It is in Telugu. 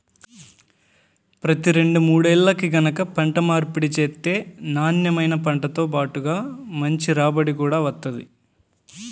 ప్రతి రెండు మూడేల్లకి గనక పంట మార్పిడి చేత్తే నాన్నెమైన పంటతో బాటుగా మంచి రాబడి గూడా వత్తది